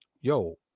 yo